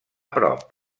prop